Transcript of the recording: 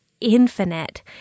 infinite